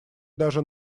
даже